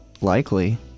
likely